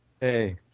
Hey